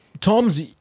Tom's